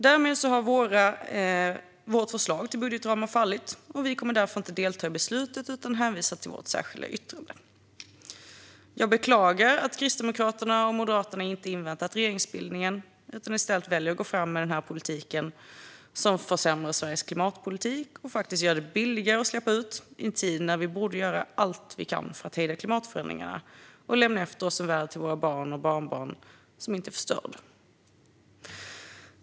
Därmed har vårt förslag till budgetramar fallit. Vi kommer därför inte att delta i beslutet utan hänvisar till vårt särskilda yttrande. Jag beklagar att Kristdemokraterna och Moderaterna inte har inväntat regeringsbildningen utan i stället har valt att gå fram med denna politik, som försämrar Sveriges klimatpolitik och gör det billigare att släppa ut i en tid när vi borde göra allt vi kan för att hejda klimatförändringarna och lämna efter oss en värld till våra barn och barnbarn som inte är förstörd.